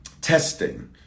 testing